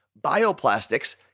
Bioplastics